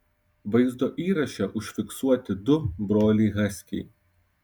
vaizdo įraše užfiksuoti du broliai haskiai